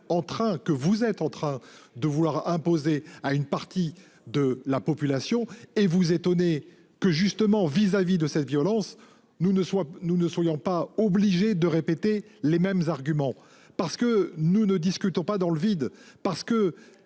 que vous êtes en train de vouloir imposer à une partie de la population et vous étonnez que justement vis-à-vis de cette violence. Nous ne soit nous ne soyons pas obligés de répéter les mêmes arguments parce que nous ne discutons pas dans le vide